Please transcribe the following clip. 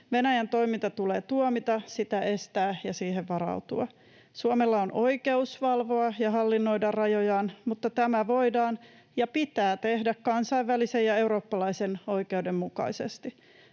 Venäjän toiminta tulee tuomita, sitä estää ja siihen varautua. Suomella on oikeus valvoa ja hallinnoida rajojaan, mutta tämä voidaan ja pitää tehdä kansainvälisen ja eurooppalaisen oikeuden mukaisesti.